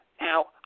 Now